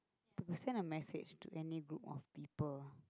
to send a message to any group of people